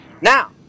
Now